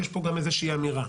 יש פה גם איזו שהיא אמירה,